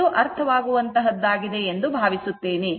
ಇದು ಅರ್ಥವಾಗುವಂತಹದ್ದಾಗಿದೆ ಎಂದು ಭಾವಿಸುತ್ತೇನೆ